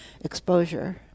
exposure